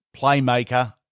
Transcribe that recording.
playmaker